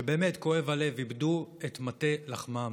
שבאמת, כואב הלב, איבדו את מטה לחמם.